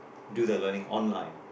do the learning online